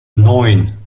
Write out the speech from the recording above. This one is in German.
neun